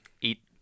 eat